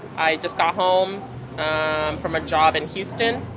i just got home from a job in houston,